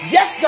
Yes